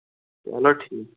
چلو ٹھیٖک